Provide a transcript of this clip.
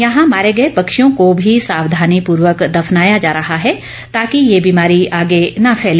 यहां मारे गए पक्षियों को भी सावधानीपूर्वक दफनाया जा रहा है ताकि ये बीमारी आगे न फैले